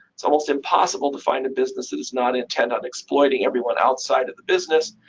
it's almost impossible to find a business that is not intent on exploiting everyone outside of the business.